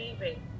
leaving